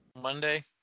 Monday